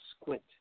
squint